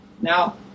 Now